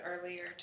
earlier